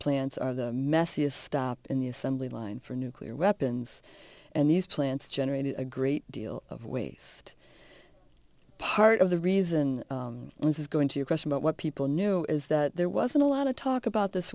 plants are the messiest stop in the assembly line for nuclear weapons and these plants generated a great deal of ways part of the reason why this is going to your question about what people know is that there wasn't a lot of talk about this